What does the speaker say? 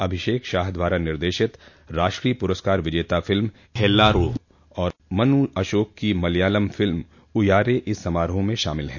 अभिषेक शाह द्वारा निर्देशित राष्ट्रीय पुरस्कार विजेता फिल्म हेल्लारो और मनु अशोक की मलयालम फिल्म उयारे इस समारोह में शामिल हैं